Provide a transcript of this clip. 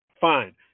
fine